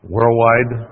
Worldwide